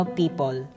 people